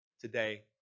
today